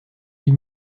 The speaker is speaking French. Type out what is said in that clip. huit